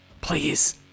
please